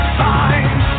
find